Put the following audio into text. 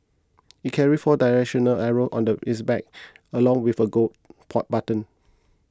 it carries four directional arrows on its back along with a Go button